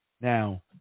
Now